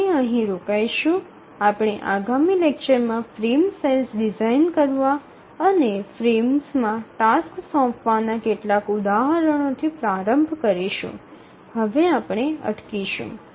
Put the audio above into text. આપણે અહીં રોકાઈશું આપણે આગામી લેક્ચરમાં ફ્રેમ સાઇઝ ડિઝાઇન કરવા અને ફ્રેમ્સમાં ટાસક્સ સોંપવાના કેટલાક ઉદાહરણોથી પ્રારંભ કરીશું હવે આપણે અટકીશું